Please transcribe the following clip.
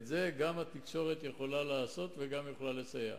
את זה גם התקשורת יכולה לעשות והיא יכולה לסייע.